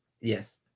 yes